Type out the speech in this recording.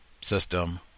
system